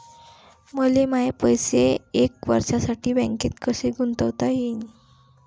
मले माये पैसे एक वर्षासाठी बँकेत कसे गुंतवता येईन?